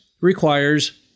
requires